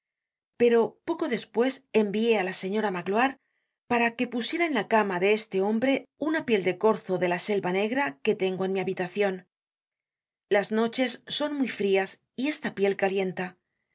pero poco despues envié á la señora magloire para que pusiera en la cama de este hombre una piel de corzo de la selva negra que tengo en mi habitacion las noches son muy frias y esta piel calienta